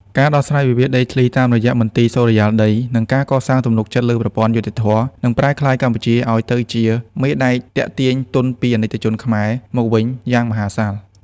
ការដោះស្រាយវិវាទដីធ្លីតាមរយៈ មន្ទីរសុរិយោដី និងការកសាងទំនុកចិត្តលើប្រព័ន្ធយុត្តិធម៌ នឹងប្រែក្លាយកម្ពុជាឱ្យទៅជា "មេដែក" ទាក់ទាញទុនពីអាណិកជនខ្មែរ មកវិញយ៉ាងមហាសាល។